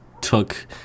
took